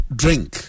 drink